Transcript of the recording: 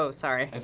so sorry. that's